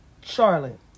Charlotte